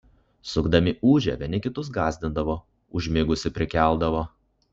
sukdami ūžę vieni kitus gąsdindavo užmigusį prikeldavo